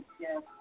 yes